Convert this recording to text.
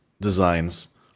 designs